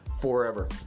forever